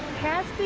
has